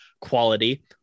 quality